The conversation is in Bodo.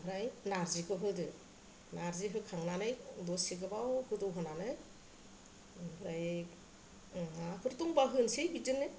ओमफ्राय नारजिखौ होदो नारजि होखांनानै दसे गोबाव गोदौ होनानै ओमफ्राय माबाफोर दंबा होनोसै बिदिनो